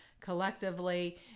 collectively